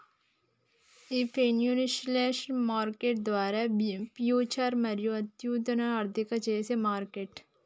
ఈ financial market ద్వారా future మరియు ఉత్పన్నాలను అర్థం చేసేది మార్కెట్